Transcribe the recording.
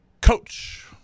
Coach